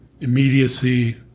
immediacy